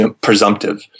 presumptive